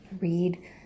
read